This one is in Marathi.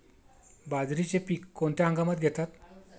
बाजरीचे पीक कोणत्या हंगामात घेतात?